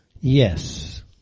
Yes